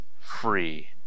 free